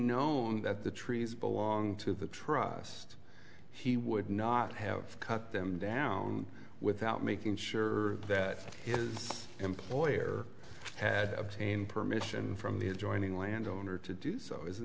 known that the trees belong to the trust he would not have cut them down without making sure that employer had obtained permission from the adjoining landowner to do so isn't